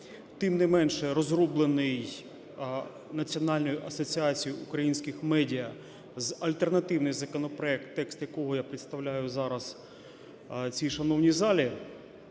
Тим не менше, розроблений Національною асоціацією українських медіа альтернативний законопроект, текст якого я представляю зараз в цій шановній залі,